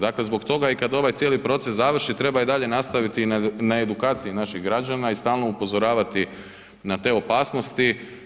Dakle zbog toga i kad ovaj cijeli proces završi treba i dalje nastaviti i na edukaciji naših građana i stalno upozoravati na te opasnosti.